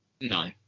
no